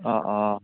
অঁ অঁ